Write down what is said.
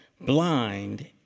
Blind